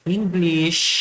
English